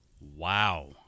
wow